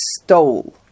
stole